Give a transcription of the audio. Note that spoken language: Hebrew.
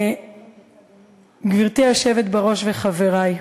גברתי היושבת בראש וחברי,